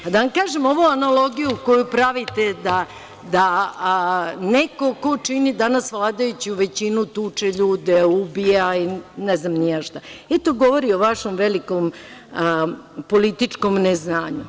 Da vam kažem ovu analogiju koju pravite da neko ko čini danas vladajuću većinu, tuče ljude, ubija i ne znam ni ja šta, e to govori o vašem velikom političkom neznanju.